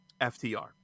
ftr